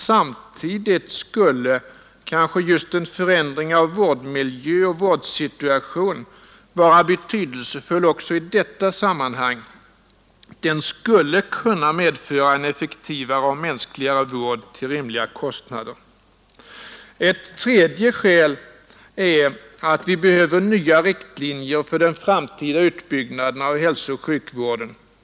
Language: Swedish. Samtidigt skulle kanske just en förändring av vårdmiljö och vårdsituation vara betydelsefull också i detta sammanhang; den skulle kunna medföra en effektivare och mänskligare vård till rimliga kostnader. Ett tredje skäl är att vi behöver nya riktlinjer för den framtida utbyggnaden av hälsooch sjukvården.